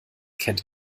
kennt